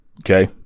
okay